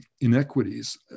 inequities